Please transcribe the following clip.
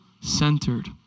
centered